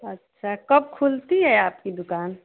अच्छा कब खुलती है आपकी दुकान